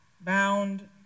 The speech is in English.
bound